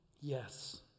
Yes